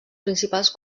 principals